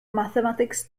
mathematics